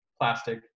plastic